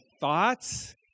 thoughts